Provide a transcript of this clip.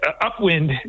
upwind